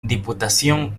diputación